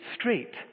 straight